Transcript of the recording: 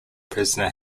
prisoner